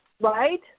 right